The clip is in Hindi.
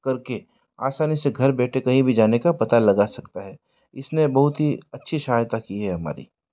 कर के आसानी से घर बैठे कहीं भी जाने का पता लगा सकता है इस ने बहुत ही अच्छी सहायता की है हमारी